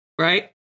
right